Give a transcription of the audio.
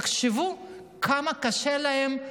תחשבו כמה קשה להן,